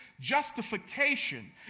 justification